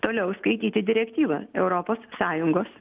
toliau skaityti direktyvą europos sąjungos